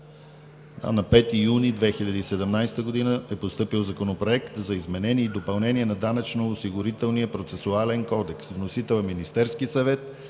На 5 юни 2017 г. е постъпил Законопроект за изменение и допълнение на Данъчно-осигурителния процесуален кодекс. Вносител е Министерският съвет.